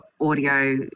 audio